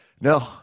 No